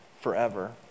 forever